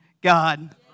God